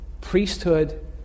priesthood